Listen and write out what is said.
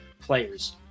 players